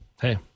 Hey